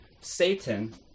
Satan